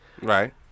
Right